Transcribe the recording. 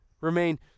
Remain